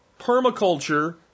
permaculture